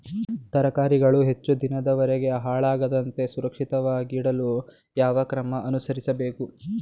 ತರಕಾರಿಗಳು ಹೆಚ್ಚು ದಿನದವರೆಗೆ ಹಾಳಾಗದಂತೆ ಸುರಕ್ಷಿತವಾಗಿಡಲು ಯಾವ ಕ್ರಮ ಅನುಸರಿಸಬೇಕು?